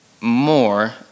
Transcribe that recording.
more